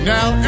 Now